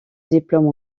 diplôme